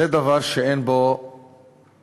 זה דבר שאין בו צדק